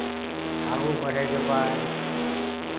आगू बढ़यके बाद